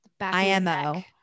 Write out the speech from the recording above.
IMO